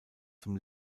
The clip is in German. zum